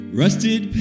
rusted